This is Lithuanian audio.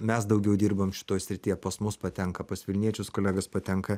mes daugiau dirbam šitoj srityje pas mus patenka pas vilniečius kolegas patenka